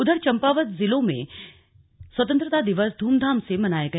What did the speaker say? उधर चम्पावत जिले में स्वतंत्रता दिवस ध्रमधाम से मनाया गया